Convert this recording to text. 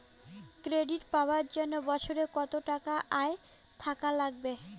Credit পাবার জন্যে বছরে কত টাকা আয় থাকা লাগবে?